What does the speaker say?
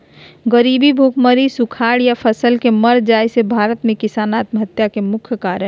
गरीबी, भुखमरी, सुखाड़ या फसल के मर जाय से भारत में किसान आत्महत्या के मुख्य कारण हय